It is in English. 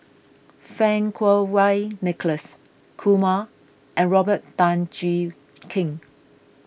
Fang Kuo Wei Nicholas Kumar and Robert Tan Jee Keng